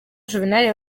juvénal